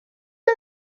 are